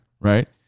right